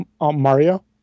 Mario